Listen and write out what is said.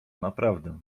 naprawdę